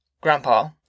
Grandpa